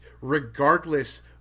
regardless